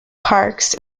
parks